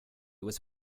was